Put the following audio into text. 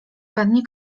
pannie